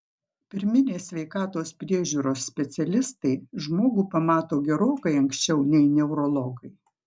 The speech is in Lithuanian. pirminės sveikatos priežiūros specialistai žmogų pamato gerokai anksčiau nei neurologai